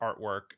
artwork